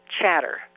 chatter